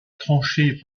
tranchée